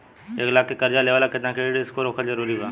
एक लाख के कर्जा लेवेला केतना क्रेडिट स्कोर होखल् जरूरी बा?